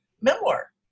memoir